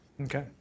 Okay